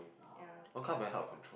ya but